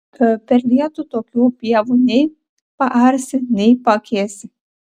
per lietų tokių pievų nei paarsi nei paakėsi